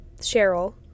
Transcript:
cheryl